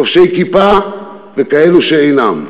חובשי כיפה וכאלו שאינם,